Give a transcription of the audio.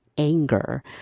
anger